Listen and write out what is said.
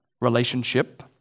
relationship